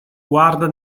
guarda